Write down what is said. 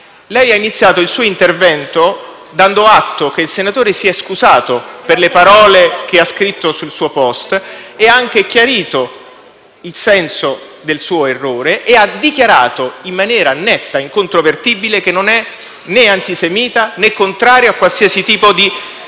Lei ha iniziato il suo intervento dando atto che il senatore si è scusato per le parole che ha scritto sul suo *post* e ha anche chiarito il senso del suo errore e ha dichiarato in maniera netta ed incontrovertibile che non è né antisemita, né contrario a qualsiasi tipo di